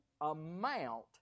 amount